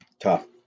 tough